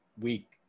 week